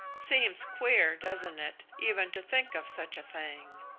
seems queer, doesn't it, even to think of such a thing!